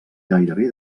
gairebé